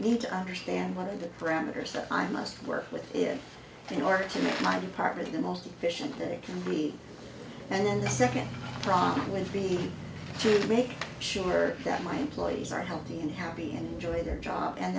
need to understand what are the parameters that i must work with it in order to make my department the most efficient that it can be and then the second prong will be to make sure that my employees are healthy and happy and enjoy their job and